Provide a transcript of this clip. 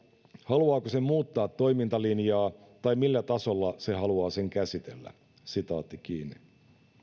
haluaako se muuttaa toimintalinjaa tai millä tasolla se haluaa sen käsitellä haavisto totesi myös